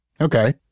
Okay